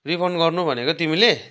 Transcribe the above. refund गर्नु भनेको तिमीले